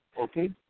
okay